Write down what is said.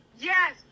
Yes